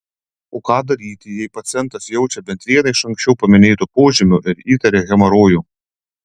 o ką daryti jei pacientas jaučia bent vieną iš anksčiau paminėtų požymių ir įtaria hemorojų